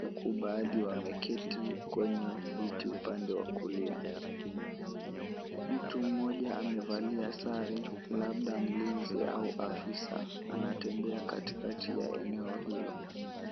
huku baadhi wameketi kwenye viti upande wa kulia. Mtu mmoja amevalia sare labda mlinzi au afisa anatembea katikati ya eneo hilo.